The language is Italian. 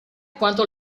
quanto